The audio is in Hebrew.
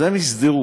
אז הן הסדירו.